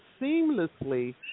seamlessly